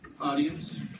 audience